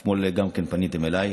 גם אתמול פניתם אליי.